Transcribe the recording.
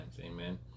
Amen